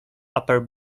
upper